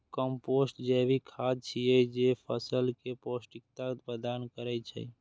compost जैविक खाद छियै, जे फसल कें पौष्टिकता प्रदान करै छै